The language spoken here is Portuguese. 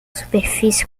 superfície